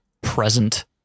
present